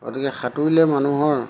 গতিকে সাঁতুৰিলে মানুহৰ